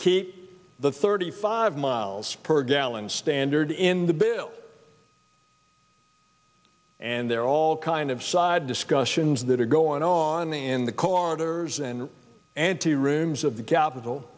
keep the thirty five miles per gallon standard in the bill and they're all kind of side discussions that are going on in the corridors and ante rooms of the capit